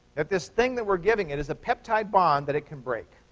that this thing that we're giving it is a peptide bond that it can break.